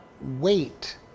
wait